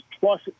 plus